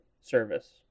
service